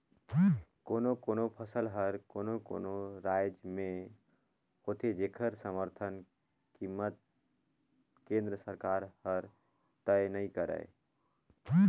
कोनो कोनो फसल हर कोनो कोनो रायज में होथे जेखर समरथन कीमत केंद्र सरकार हर तय नइ करय